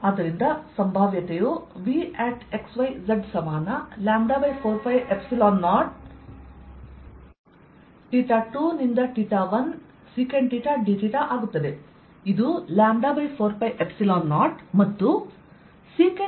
ಆದ್ದರಿಂದ ಸಂಭಾವ್ಯತೆಯು Vx yz ಸಮಾನ λ4π0 2ರಿಂದ 1 sec dθಆಗುತ್ತದೆ